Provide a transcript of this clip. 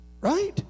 right